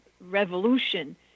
revolution